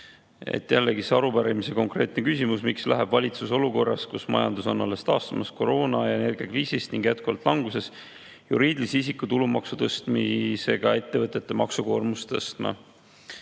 Jällegi, arupärimises on konkreetne küsimus: miks läheb valitsus olukorras, kus majandus on alles taastumas koroona- ja energiakriisist ning jätkuvalt languses, juriidilise isiku tulumaksu tõstmisega ettevõtete maksukoormust tõstma?